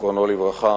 זיכרונו לברכה,